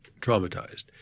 traumatized